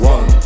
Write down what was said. One